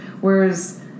whereas